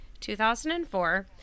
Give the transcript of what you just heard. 2004